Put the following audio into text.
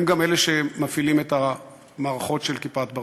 הם גם אלה שמפעילים את המערכות של "כיפת ברזל".